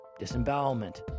disembowelment